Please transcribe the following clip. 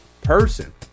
person